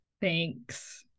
Thanks